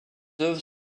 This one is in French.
œuvres